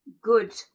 good